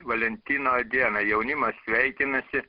valentino dieną jaunimas sveikinasi